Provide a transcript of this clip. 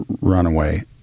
runaway